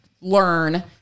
learn